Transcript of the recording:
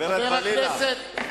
חבר הכנסת אקוניס,